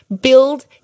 build